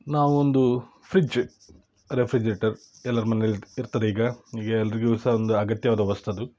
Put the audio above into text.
ನಾವೊಂದು fridge refrigerator ಎಲ್ಲರ ಮನೆಯಲ್ಲಿ ಇರ್ತದೆ ಈಗ ಈಗ ಎಲ್ಲರಿಗೂ ಸಹ ಅಗತ್ಯವಾದ ವಸ್ತು ಅದು